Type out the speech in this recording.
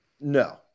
No